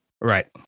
Right